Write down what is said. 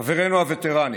חברינו הווטרנים,